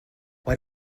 why